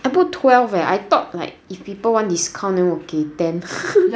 I put twelve eh I thought like if people want discount 我给 ten